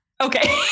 Okay